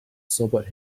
sobered